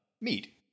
meet